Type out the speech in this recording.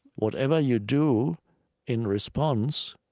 whatever you do in response